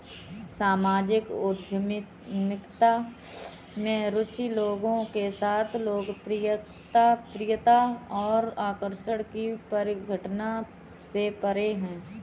सामाजिक उद्यमिता में रुचि लोगों के साथ लोकप्रियता और आकर्षण की परिघटना से परे है